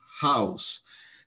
house